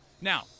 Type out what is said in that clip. Now